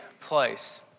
place